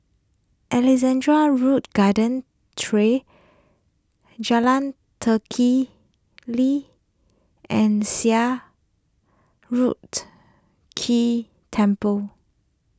Alexandra Road Garden Trail Jalan and Silat Road Temple